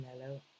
Hello